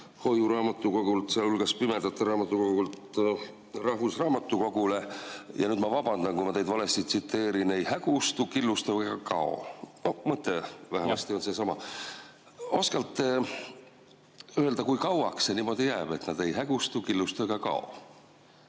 hoiuraamatukogult, sealhulgas pimedate raamatukogult, rahvusraamatukogule – nüüd ma vabandan, kui ma teid valesti tsiteerin – ei hägustu, killustu ega kao. Mõte oli vähemasti seesama. Oskate öelda, kui kauaks see niimoodi jääb, et nad ei hägustu, killustu ega kao?